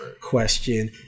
question